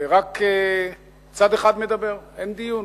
רק צד אחד מדבר, אין דיון.